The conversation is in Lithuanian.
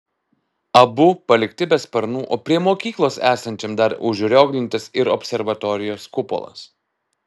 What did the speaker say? abu palikti be sparnų o prie mokyklos esančiam dar užrioglintas ir observatorijos kupolas